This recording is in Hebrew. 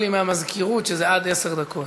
הזכירו לי מהמזכירות שזה עד עשר דקות.